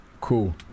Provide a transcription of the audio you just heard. Cool